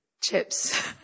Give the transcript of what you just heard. Chips